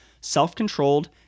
self-controlled